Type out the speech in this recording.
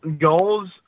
Goals